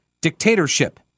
dictatorship